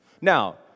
Now